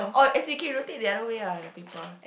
oh as in can rotate the other way ah the paper